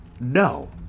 No